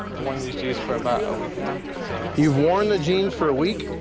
worn these jeans for about a week now, so you've worn the jeans for a week?